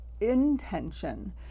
intention